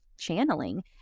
channeling